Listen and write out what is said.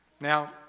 Now